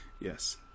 Yes